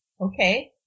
Okay